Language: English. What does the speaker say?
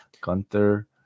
Gunther